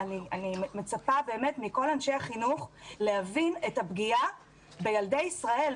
אני מצפה באמת מכל אנשי החינוך להבין את הפגיעה בילדי ישראל.